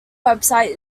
website